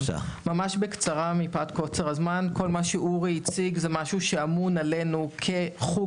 כל מה שאורי הציג זה משהו שאמון עלינו כחוג